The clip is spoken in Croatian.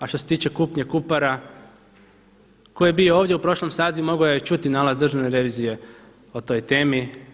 A što se tiče kupnje Kupara tko je bio ovdje u prošlom sazivu mogao je čuti nalaz Državne revizije o toj temi.